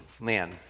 man